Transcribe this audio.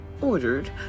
ordered